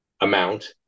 amount